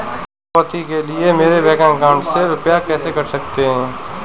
ऋण चुकौती के लिए मेरे बैंक अकाउंट में से रुपए कैसे कट सकते हैं?